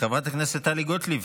חברת הכנסת טלי גוטליב.